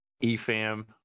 E-Fam